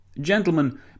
Gentlemen